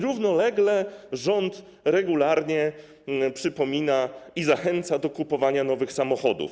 Równolegle rząd regularnie przypomina o kupnie i zachęca do kupowania nowych samochodów.